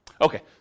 Okay